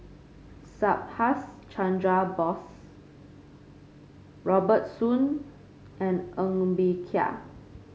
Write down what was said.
Subhas Chandra Bose Robert Soon and Ng Bee Kia